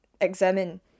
examine